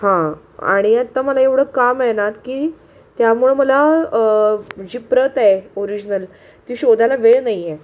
हां आणि आत्ता मला एवढं काम आहे ना की त्यामुळं मला जी प्रत आहे ओरिजनल ती शोधायला वेळ नाही आहे